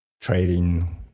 trading